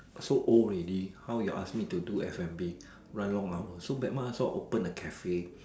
so old already how you ask me do F&B run long hours so bad mah so I open a Cafe